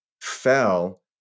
fell